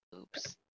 Oops